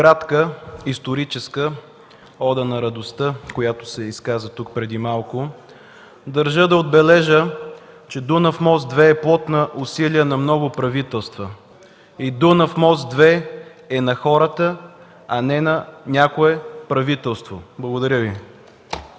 кратка историческа „Ода на радостта”, която се изказа тук преди малко. Държа да отбележа, че „Дунав мост-2” е плод на усилия на много правителства. „Дунав мост-2” е на хората, а не на някое правителство. Благодаря.